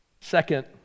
Second